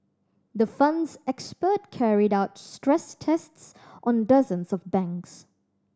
the Fund's expert carried out stress tests on dozens of banks